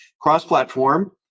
cross-platform